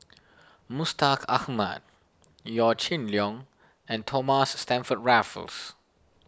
Mustaq Ahmad Yaw Shin Leong and Thomas Stamford Raffles